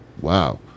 Wow